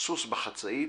"סוס בחצאית",